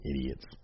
idiots